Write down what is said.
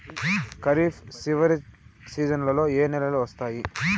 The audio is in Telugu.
ఖరీఫ్ చివరి సీజన్లలో ఏ నెలలు వస్తాయి?